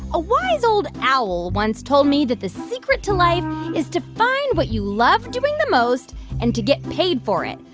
a wise old owl once told me that the secret to life is to find what you love doing the most and to get paid for it.